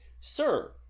Sir